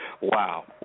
Wow